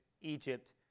Egypt